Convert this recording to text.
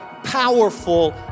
Powerful